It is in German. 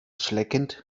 schleckend